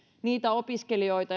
niitä opiskelijoita